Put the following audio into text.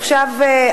עכשיו,